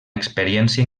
experiència